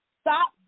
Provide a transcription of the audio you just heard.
Stop